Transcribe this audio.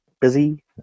busy